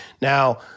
Now